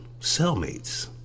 Cellmates